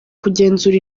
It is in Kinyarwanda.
kugenzura